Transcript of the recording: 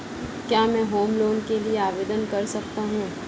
क्या मैं home loan के लिए आवेदन कर सकता हूं?